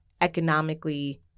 economically